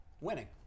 Winning